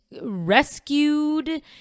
rescued